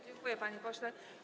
Dziękuję, panie pośle.